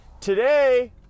Today